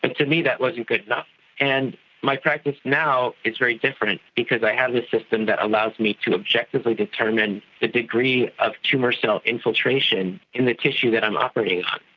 but to me that like wasn't good enough. and my practice now is very different because i have this system that allows me to objectively determine the degree of tumour cell infiltration in the tissue that i'm operating on.